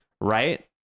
right